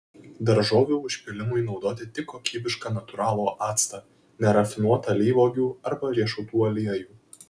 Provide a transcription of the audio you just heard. daržovių užpylimui naudoti tik kokybišką natūralų actą nerafinuotą alyvuogių arba riešutų aliejų